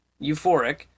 euphoric